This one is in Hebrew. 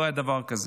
לא היה דבר כזה.